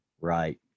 right